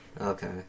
Okay